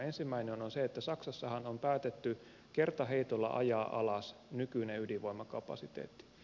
ensimmäinen on se että saksassahan on päätetty kertaheitolla ajaa alas nykyinen ydinvoimakapasiteetti